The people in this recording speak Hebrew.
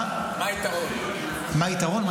מה היתרון?